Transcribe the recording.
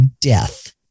death